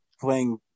playing